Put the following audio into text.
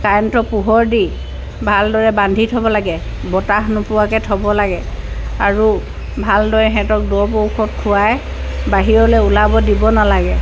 কাৰেণ্টৰ পোহৰ দি ভালদৰে বান্ধি থ'ব লাগে বতাহ নোপোৱাকৈ থ'ব লাগে আৰু ভালদৰে সিহঁতক দৰৱ ঔষধ খোৱাই বাহিৰলৈ ওলাব দিব নালাগে